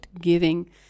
giving